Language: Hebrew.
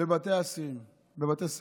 בבתי סוהר.